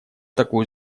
такую